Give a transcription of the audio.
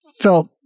felt